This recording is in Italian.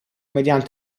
mediante